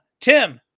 Tim